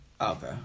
Okay